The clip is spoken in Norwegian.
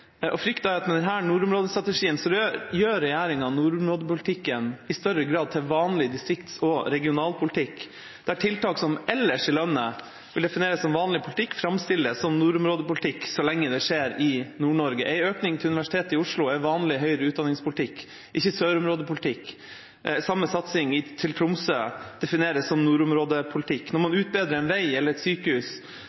gjør regjeringa nordområdepolitikken i større grad til vanlig distrikts- og regionalpolitikk, der tiltak som ellers i landet vil defineres som vanlig politikk, framstilles som nordområdepolitikk – så lenge det skjer i Nord-Norge. En økning til Universitetet i Oslo er vanlig høyere utdanningspolitikk, det er ikke sørområdepolitikk. Samme satsing til Tromsø defineres som nordområdepolitikk. Når man